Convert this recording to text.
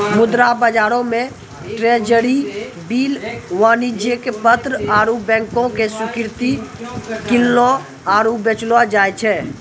मुद्रा बजारो मे ट्रेजरी बिल, वाणिज्यक पत्र आरु बैंको के स्वीकृति किनलो आरु बेचलो जाय छै